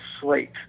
slate